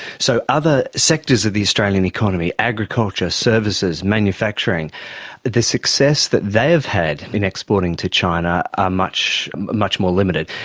so other sectors of the australian economy agriculture, services, manufacturing the success that they have had in exporting to china ah are much more limited,